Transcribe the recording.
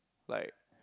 like